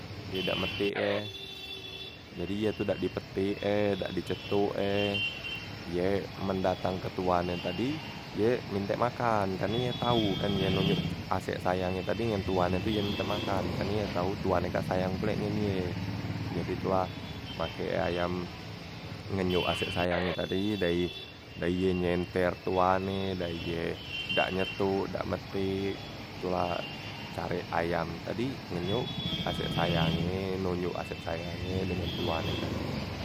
Ye dak metik e, jadi ye tu dak dipetik e, dak dicetuk e, ye men datang ke tuan e tadi ye mintek makan, karne ye tau kan yang ngeyuk asek sayang tadi ngen tuan e tu ye mintak makan, karne ye tau tuan e kak sayang pulek ngen ye, jadi tu lah make ayam ngenyuk asek sayangnye tadi dayi dayi ye nyenter tuan e, dari ye dak nyetuk, dak metik, itu la carek ayam tadi ngeyuk asek sayang e, nunyuk asek sayangnye dengan tuannye tadi.